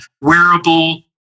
wearable